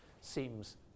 seems